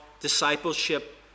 discipleship